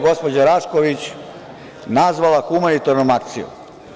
Gospođa Rašković je 1.852 žrtve nazvala humanitarnom akcijom.